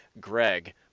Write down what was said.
Greg